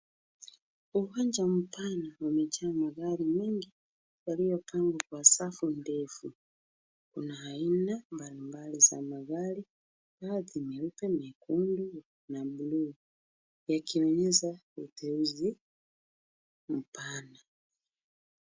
Uwanja mpana umejaa magari mengi yaliyopangwa kwa safu ndefu. Kuna aina mbalimbali za magari, rangi nyeupe, nyekundu na buluu ikionyesha utenzi mpana.